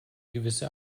gewisse